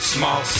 Small